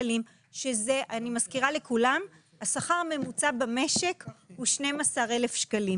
אני מזכירה לכולם: השכר הממוצע במשק הוא 12,000 ₪.